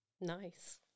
Nice